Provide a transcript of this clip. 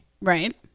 Right